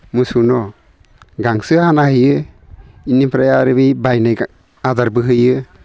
मोसौनो गांसो हाना होयो इनिफ्राय आरो बै बायनाय आदारबो होयो